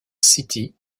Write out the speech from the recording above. city